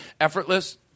effortless